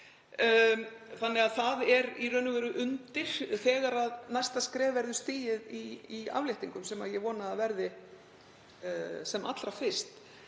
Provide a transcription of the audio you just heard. rýmisins. Það er í raun og veru undir þegar næsta skref verður stigið í afléttingum, sem ég vona að verði sem allra fyrst.